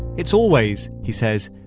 it's always he says,